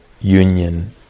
union